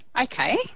Okay